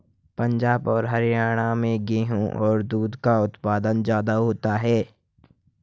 पंजाब और हरयाणा में गेहू और दूध का उत्पादन ज्यादा होता है